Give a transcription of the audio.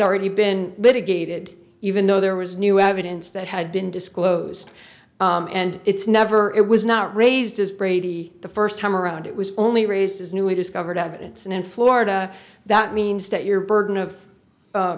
already been litigated even though there was new evidence that had been disclosed and it's never it was not raised as brady the first time around it was only raised as newly discovered evidence and in florida that means that your burden of